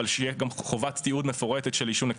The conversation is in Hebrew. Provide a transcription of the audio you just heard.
אבל שתהיה גם חובת תיעוד מפורטת של ---.